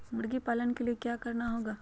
मुर्गी पालन के लिए क्या करना होगा?